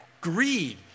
greed